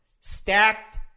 Stacked